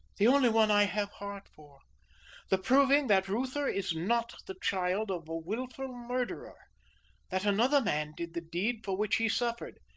the only one i have heart for the proving that reuther is not the child of a wilful murderer that another man did the deed for which he suffered.